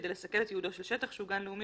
כדי לסכל את ייעודו של שטח שהוא גן לאומי